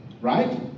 right